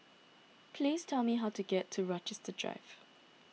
please tell me how to get to Rochester Drive